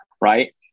Right